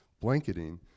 blanketing